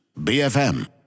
BFM